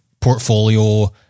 portfolio